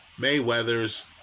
Mayweather's